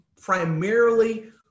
primarily